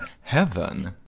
Heaven